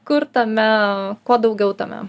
kur tame kuo daugiau tame